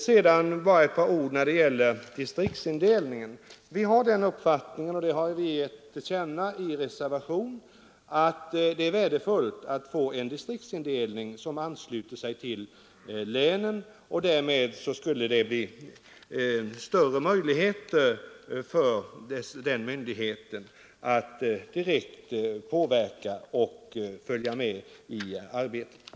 Vidare har vi den uppfattningen — som vi har gett till känna i en reservation — att det är värdefullt att få en distriktsindelning som ansluter sig till länsindelningen, eftersom det därigenom skulle bli större möjligheter för yrkesinspektionen att direkt påverka och följa med i arbetet.